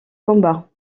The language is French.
combat